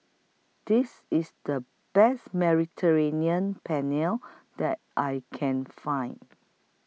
This IS The Best Mediterranean Penne that I Can Find